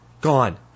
Gone